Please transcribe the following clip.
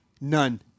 None